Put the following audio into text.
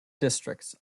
districts